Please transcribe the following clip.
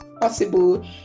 possible